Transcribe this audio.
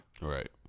Right